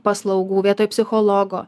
paslaugų vietoj psichologo